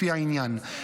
לפי העניין.